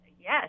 yes